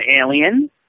alien